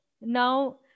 now